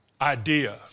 idea